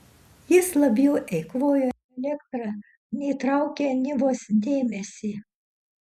jis labiau eikvojo elektrą nei traukė nivos dėmesį